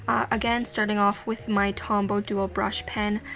again, starting off with my tombow dual brush pen,